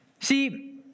See